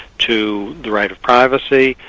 to the right of privacy,